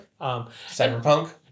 Cyberpunk